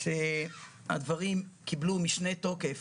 הדברים קיבלו משנה תוקף